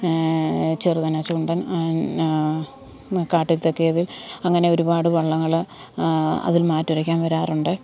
ചെറുകനച്ചുണ്ടൻ പിന്നാ മൂക്കാട്ടിൽത്തെക്കേതിൽ അങ്ങനെ ഒരുപാട് വള്ളങ്ങള് അതിൽ മാറ്റുരയ്ക്കാന് വരാറുണ്ട്